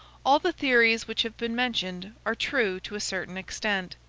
all the theories which have been mentioned are true to a certain extent.